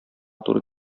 туры